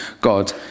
God